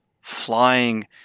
flying